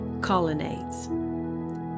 colonnades